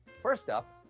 first up,